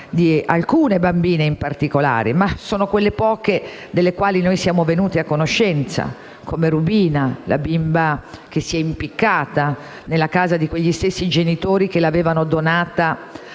di alcune bambine in particolare, ma sono poche delle quali siamo venuti a conoscenza. Penso a Rubina, la bimba che si è impiccata nella casa di quegli stessi genitori che l'avevano donata